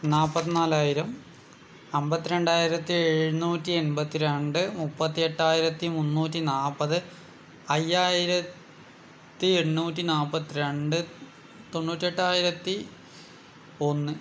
നാൽപ്പത്തി നാലായിരം അമ്പത്തി രണ്ടായിരത്തി എഴുന്നൂറ്റി എൺപത്തി രണ്ട് മുപ്പത്തി എട്ടായിരത്തി മുന്നൂറ്റി നാൽപ്പത് അയ്യായിരത്തി എണ്ണൂറ്റി നാൽപ്പത്തി രണ്ട് തൊണ്ണൂറ്റി എട്ടായിരത്തി ഒന്ന്